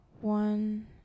one